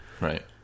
Right